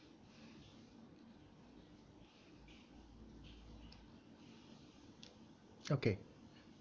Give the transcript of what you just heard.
okay